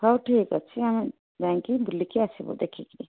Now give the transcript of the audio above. ହଉ ଠିକ ଅଛି ଆମେ ଯାଇକି ବୁଲିକି ଆସିବୁ ଦେଖିକିରି